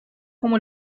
como